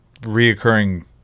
reoccurring